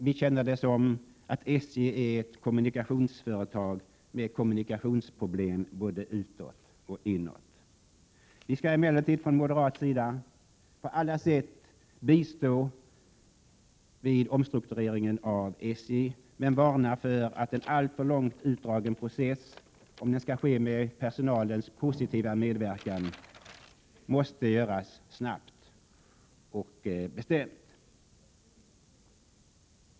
Vi känner det som att SJ är ett kommunikationsföretag med En framtidsinriktad kommunikationsproblem både utåt och inåt. Vi skall emellertid från moderat sida på alla sätt bistå vid omstruktureringen av SJ men varnar för en alltför långt utdragen process. Om den skall ske med personalens positiva medverkan, måste den göras snabbt och bestämt.